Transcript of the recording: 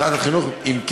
משרד החינוך, אם כן,